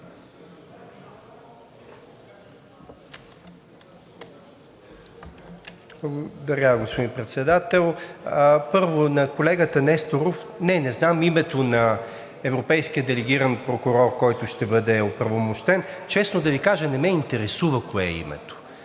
господин Председател. Първо, на колегата Несторов. Не, не знам името на европейския делегиран прокурор, който ще бъде оправомощен, и честно да Ви кажа, не ме интересува кое е името.